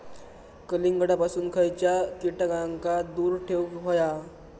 कलिंगडापासून खयच्या कीटकांका दूर ठेवूक व्हया?